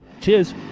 Cheers